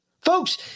Folks